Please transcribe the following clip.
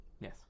Yes